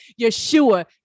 Yeshua